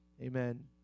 amen